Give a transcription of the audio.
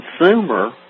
consumer